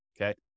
okay